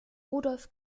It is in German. rudolf